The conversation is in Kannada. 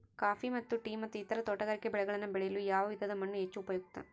ಕಾಫಿ ಮತ್ತು ಟೇ ಮತ್ತು ಇತರ ತೋಟಗಾರಿಕೆ ಬೆಳೆಗಳನ್ನು ಬೆಳೆಯಲು ಯಾವ ವಿಧದ ಮಣ್ಣು ಹೆಚ್ಚು ಉಪಯುಕ್ತ?